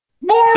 More